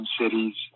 cities